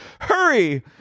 Hurry